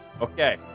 Okay